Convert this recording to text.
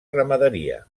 ramaderia